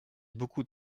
beaucoup